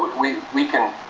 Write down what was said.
we we can,